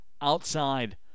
outside